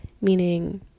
meaning